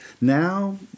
now